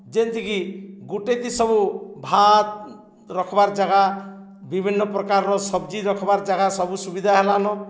ଯେନ୍ତିକି ଗୁଟେଥି ସବୁ ଭାତ୍ ରଖ୍ବାର୍ ଜାଗା ବିଭିନ୍ନପ୍ରକାର୍ର ସବ୍ଜି ରଖ୍ବାର୍ ଜାଗା ସବୁ ସୁବିଧା ହେଲାନ